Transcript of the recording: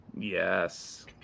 yes